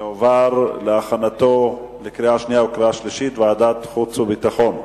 לוועדת החוץ והביטחון נתקבלה.